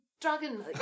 Dragon